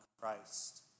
Christ